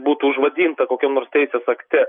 būtų užvadinta kokiam nors teisės akte